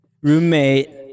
roommate